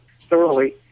thoroughly